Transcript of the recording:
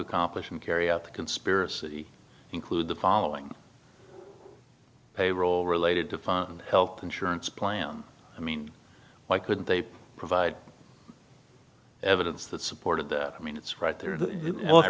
accomplish and carry out the conspiracy include the following payroll related to fund health insurance plan i mean why couldn't they provide evidence that supported that i mean it's right there